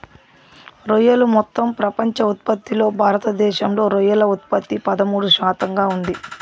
రొయ్యలు మొత్తం ప్రపంచ ఉత్పత్తిలో భారతదేశంలో రొయ్యల ఉత్పత్తి పదమూడు శాతంగా ఉంది